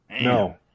No